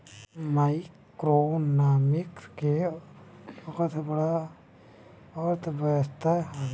macroeconomics के अर्थ बड़ अर्थव्यवस्था हवे